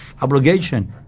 obligation